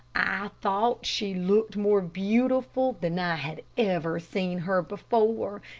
i thought she looked more beautiful than i had ever seen her before,